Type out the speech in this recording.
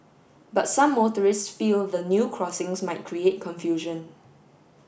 but some motorists feel the new crossings might create confusion